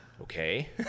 okay